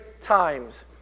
times